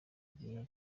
gihe